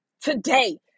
Today